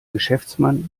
geschäftsmann